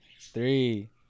three